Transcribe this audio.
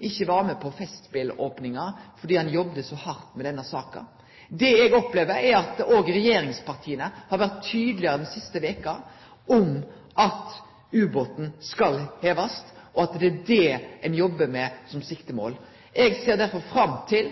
ikkje var med på festspelopninga fordi han jobba så hardt med denne saka. Det eg opplever, er at regjeringspartia òg har vore tydelegare den siste veka om at ubåten skal hevast, og at ein jobbar med det som siktemål. Eg ser derfor fram til